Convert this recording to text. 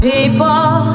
People